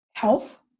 health